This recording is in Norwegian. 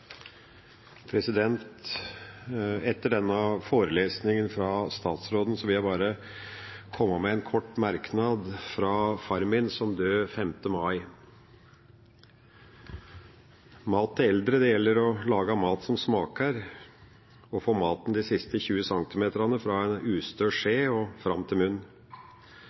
minutter. Etter denne forelesningen fra statsråden vil jeg bare komme med en kort merknad etter at faren min døde den 5. mai. Mat til eldre – det gjelder å lage mat som smaker og å få maten de siste tjue centimeterne fra en ustø skje og fram til